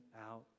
out